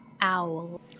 owl